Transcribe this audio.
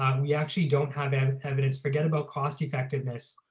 um we actually don't have an evidence forget about cost effectiveness.